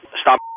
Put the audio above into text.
Stop